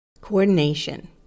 Coordination